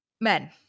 Men